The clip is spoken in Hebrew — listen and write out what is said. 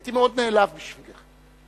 הייתי מאוד נעלב בשבילך.